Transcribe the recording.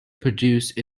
produced